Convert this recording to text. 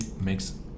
makes